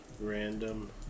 Random